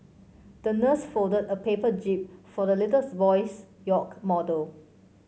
the nurse folded a paper jib for the little boy's yacht model